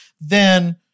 then-